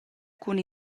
cun